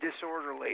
disorderly